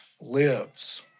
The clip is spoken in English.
lives